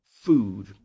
food